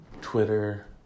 Twitter